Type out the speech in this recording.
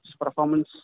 performance